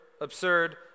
absurd